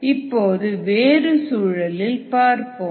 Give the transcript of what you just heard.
இப்போது வேறு சூழலில் பார்ப்போம்